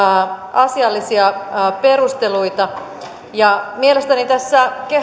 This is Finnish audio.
asiallisia perusteluita ja mielestäni tässä